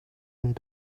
and